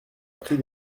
pris